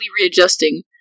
readjusting